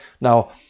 Now